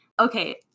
Okay